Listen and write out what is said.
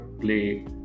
play